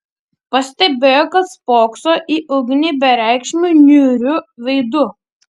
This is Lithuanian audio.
pastebėjo kad spokso į ugnį bereikšmiu niūriu veidu